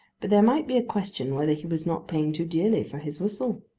but there might be a question whether he was not paying too dearly for his whistle.